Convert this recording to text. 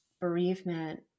bereavement